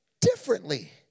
differently